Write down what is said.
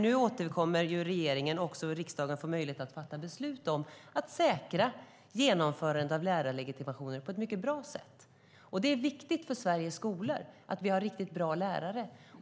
Nu återkommer ju regeringen, och riksdagen får möjlighet att fatta beslut om att säkra genomförandet av lärarlegitimationen på ett mycket bra sätt. Det är viktigt för Sveriges skolor att vi har riktigt bra lärare.